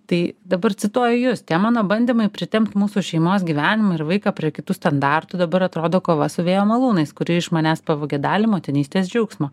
tai dabar cituoju jus tie mano bandymai pritempt mūsų šeimos gyvenimą ir vaiką prie kitų standartų dabar atrodo kova su vėjo malūnais kuri iš manęs pavogė dalį motinystės džiaugsmo